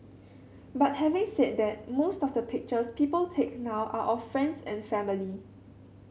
but having said that most of the pictures people take now are of friends and family